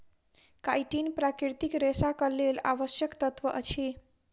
chitin प्राकृतिक रेशाक लेल आवश्यक तत्व अछि